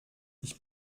ich